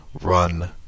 run